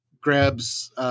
grabs